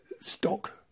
stock